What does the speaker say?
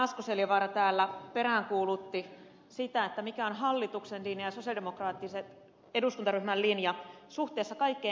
asko seljavaara täällä peräänkuulutti sitä mikä on hallituksen linja ja sosialidemokraattisen eduskuntaryhmän linja suhteessa kaikkein heikko osaisimpiin